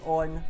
on